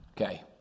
Okay